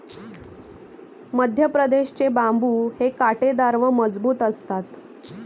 मध्यप्रदेश चे बांबु हे काटेदार व मजबूत असतात